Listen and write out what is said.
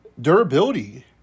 durability